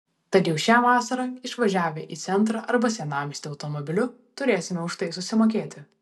tad jau šią vasarą įvažiavę į centrą arba senamiestį automobiliu turėsime už tai susimokėti